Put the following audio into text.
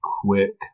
quick